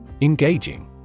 Engaging